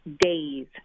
Days